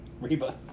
Reba